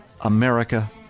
America